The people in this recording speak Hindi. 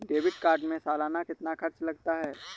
डेबिट कार्ड में सालाना कितना खर्च लगता है?